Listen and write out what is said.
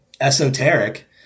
esoteric